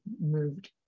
moved